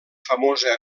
famosa